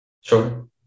Sure